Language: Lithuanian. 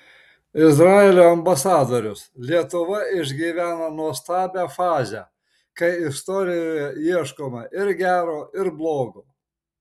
izraelio ambasadorius lietuva išgyvena nuostabią fazę kai istorijoje ieškoma ir gero ir blogo